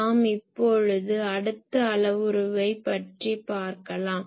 நாம் இப்பொழுது அடுத்த அளவுருவை பற்றிப் பார்க்கலாம்